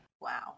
Wow